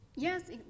Yes